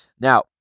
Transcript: Now